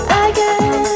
again